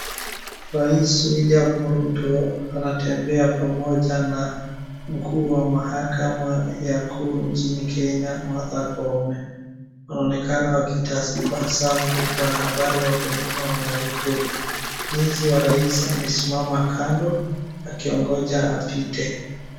Rais William Ruto anatembea pamoja na mkuu wa mahakama ya kuu nchini kenya Martha Koome, wanaonekana wakitabasamu huku wanahabari wako nyuma wanarekodi. Mlinzi wa rais amesimama kando akiongoja apite.